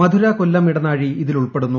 മധുര കൊല്ലം ഇടനാഴി ഇതിലുൾപ്പെടുന്നു